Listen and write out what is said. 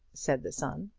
said the son.